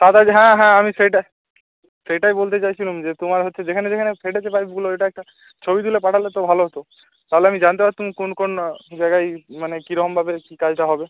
তাড়াতাড়ি হ্যাঁ হ্যাঁ আমি সেইটাই সেইটাই বলতে চাইছিলাম যে তোমার হচ্ছে যেখানে যেখানে ফেটেছে পাইপগুলো ওইটা একটা ছবি তুলে পাঠালে তো ভালো হতো তাহলে আমি জানতে পারতাম কোন কোন জায়গায় মানে কীরমভাবে কী কাজটা হবে